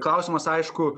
klausimas aišku